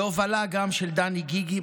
ההובלה גם של דני גיגי,